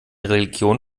religion